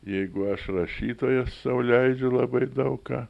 jeigu aš rašytoja sau leidžiu labai daug ką